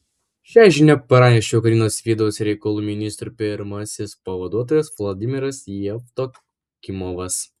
šią žinią pranešė ukrainos vidaus reikalų ministro pirmasis pavaduotojas vladimiras jevdokimovas